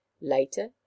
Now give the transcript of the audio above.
Later